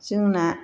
जोंना